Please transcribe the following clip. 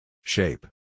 Shape